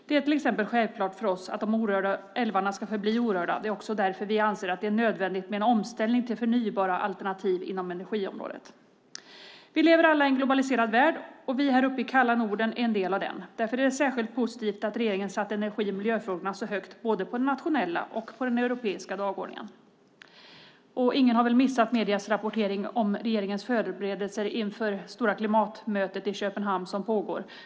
Det är till exempel självklart för oss att de orörda älvarna ska förbli orörda. Därför anser vi att det är nödvändigt med en omställning till förnybara alternativ inom energiområdet. Vi lever i en globaliserad värld. Vi här uppe i den kalla Norden är en del av den. Därför är det särskilt positivt att regeringen har satt energi och miljöfrågorna så högt både på den nationella och på den europeiska dagordningen. Ingen har väl missat mediernas rapportering om regeringens förberedelser inför det stora klimatmötet som pågår i Köpenhamn.